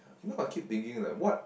yeah I will keep thinking like what